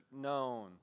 known